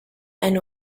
and